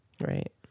Right